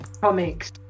comics